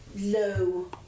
low